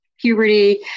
puberty